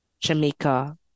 Jamaica